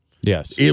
Yes